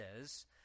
says